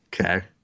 Okay